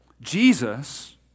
Jesus